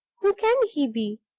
who can he be?